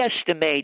estimate